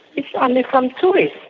it's only from tourists.